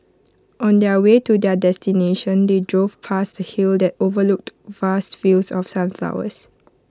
on the way to their destination they drove past A hill that overlooked vast fields of sunflowers